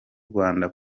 rwanda